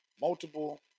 Multiple